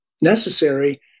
necessary